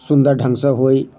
सुन्दर ढङ्गसँ होय